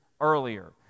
earlier